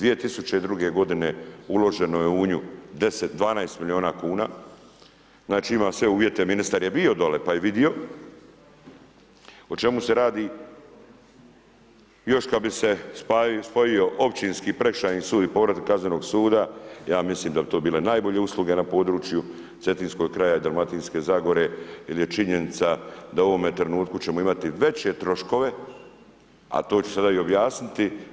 2000. g. uloženo je u nju 10, 12 milijuna kuna, znači ima sve uvjete, ministar je bio dolje pa je vidio o čemu se radi. još kad bi se spojio općinski i prekršajni sud i povratak kaznenog suda, ja mislim da to to bile najbolje usluge na području cetinskog kraja i dalmatinske zagore jer je činjenica da u ovome trenutku ćemo imati veće troškove a to ću sada i objasniti.